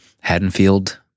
Haddonfield